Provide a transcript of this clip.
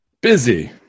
Busy